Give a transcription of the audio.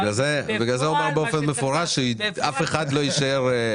בגלל זה הוא אמר באופן מפורש שאף אחד לא יישאר מופקר.